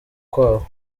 kwabo